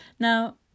Now